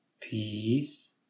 Peace